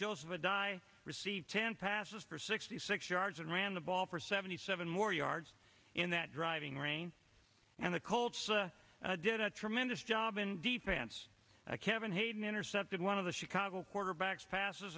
joseph addai received ten passes for sixty six yards and ran the ball for seventy seven more yards in that driving rain and the colts did a tremendous job in defense kevin hayden intercepted one of the chicago quarterbacks passes